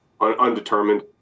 undetermined